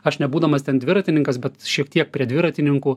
aš nebūdamas ten dviratininkas bet šiek tiek prie dviratininkų